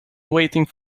waiting